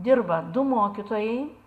dirba du mokytojai